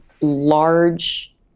large